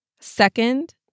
Second